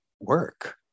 work